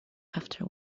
after